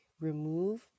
remove